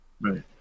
right